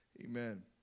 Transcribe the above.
Amen